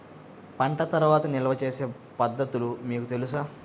పంట తర్వాత నిల్వ చేసే పద్ధతులు మీకు తెలుసా?